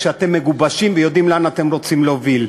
כשאתם מגובשים ויודעים לאן אתם רוצים להוביל,